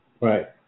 Right